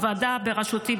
הוועדה בראשותי,